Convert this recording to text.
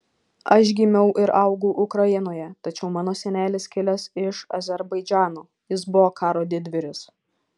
aš gimiau ir augau ukrainoje tačiau mano senelis kilęs iš azerbaidžano jis buvo karo didvyris